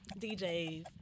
DJs